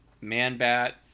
Man-Bat